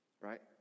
right